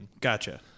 Gotcha